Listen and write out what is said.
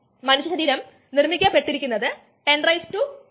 ഈ ലിസ്റ്റിൽ ഉള്ളത് വ്യവസായവും അവിടെ ഉപയോഗിച്ച എൻസൈമുകളും ആണ്